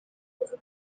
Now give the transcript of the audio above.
kuko